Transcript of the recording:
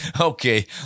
Okay